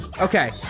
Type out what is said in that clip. Okay